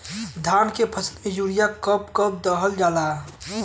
धान के फसल में यूरिया कब कब दहल जाला?